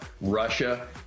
Russia